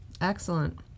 Excellent